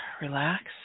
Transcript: Relax